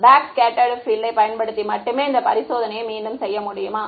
backscattered field யை பயன்படுத்தி மட்டுமே இந்த பரிசோதனையை மீண்டும் செய்ய முடியுமா